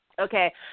okay